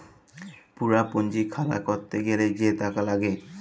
পুরা পুঁজি খাড়া ক্যরতে গ্যালে যে টাকা লাগ্যে